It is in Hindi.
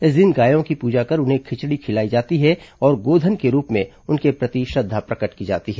इस दिन गायों की पूजा कर उन्हें खिचड़ी खिलाई जाती है और गोधन के रूप में उनके प्रति श्रद्धा प्रकट की जाती है